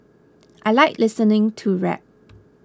I like listening to rap